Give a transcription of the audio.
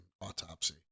autopsy